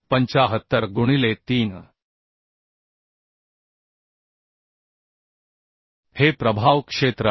75 गुणिले 3 हे प्रभाव क्षेत्र आहे